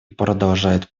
продолжает